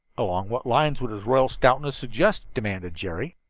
along what lines would his royal stoutness suggest? demanded jerry.